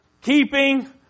keeping